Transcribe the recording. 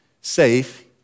safe